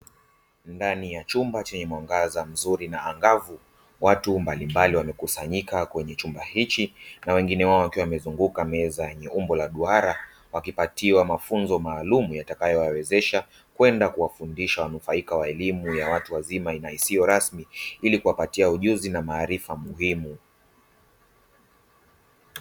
Ndani ya chumba chenye mwangaza mzuri na angavu watu mbalimbali, wamekusanyika kwenye chumba hiki na wengine wao wakiwa wamezunguka meza ya umbo la duara wakipatiwa mafunzo maalum, yatakayo wawezesha kwenda kuwafundisha wanufaika wa elimu ya watu wazima na isiyo rasmi ili kuwapatia ujuzi na maarifa muhimu.